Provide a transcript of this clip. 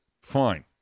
fine